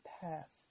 path